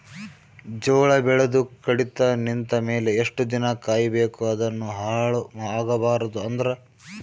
ಜೋಳ ಬೆಳೆದು ಕಡಿತ ನಿಂತ ಮೇಲೆ ಎಷ್ಟು ದಿನ ಕಾಯಿ ಬೇಕು ಅದನ್ನು ಹಾಳು ಆಗಬಾರದು ಅಂದ್ರ?